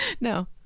No